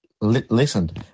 listen